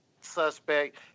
suspect